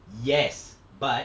yes but